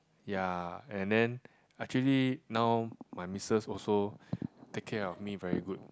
ya and then actually now my missus also take care of me very good